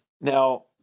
Now